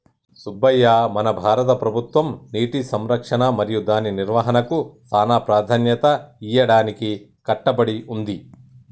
సుబ్బయ్య మన భారత ప్రభుత్వం నీటి సంరక్షణ మరియు దాని నిర్వాహనకు సానా ప్రదాన్యత ఇయ్యడానికి కట్టబడి ఉంది